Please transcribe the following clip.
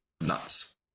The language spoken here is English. nuts